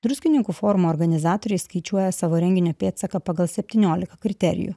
druskininkų forumo organizatoriai skaičiuoja savo renginio pėdsaką pagal septyniolika kriterijų